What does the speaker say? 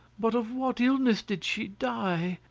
but of what illness did she die?